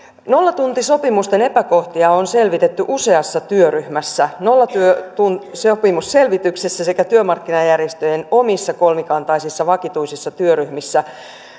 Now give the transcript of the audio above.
nollatuntisopimusten epäkohtia on selvitetty useassa työryhmässä nollatuntisopimusselvityksessä sekä työmarkkinajärjestöjen omissa kolmikantaisissa vakituisissa työryhmis sä